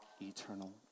eternal